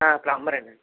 plumber అండి